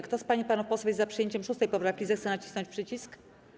Kto z pań i panów posłów jest za przyjęciem 6. poprawki, zechce nacisnąć przycisk.